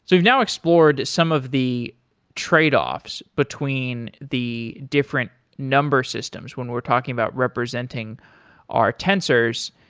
we've now explored some of the trade-offs between the different number systems when we're talking about representing our tensors,